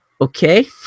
okay